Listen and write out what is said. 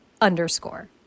underscore